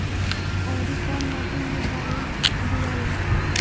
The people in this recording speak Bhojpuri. औवरी कौन माटी मे डाई दियाला?